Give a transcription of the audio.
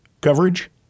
coverage